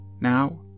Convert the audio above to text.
Now